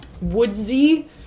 woodsy